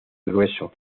grueso